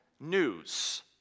news